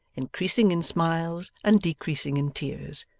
increasing in smiles and decreasing in tears,